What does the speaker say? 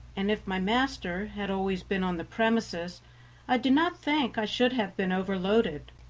and if my master had always been on the premises i do not think i should have been overloaded,